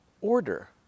order